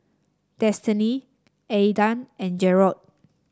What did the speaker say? Destinee Aedan and Jerrod